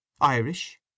Irish